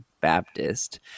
Baptist